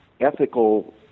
ethical